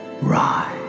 Rise